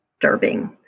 disturbing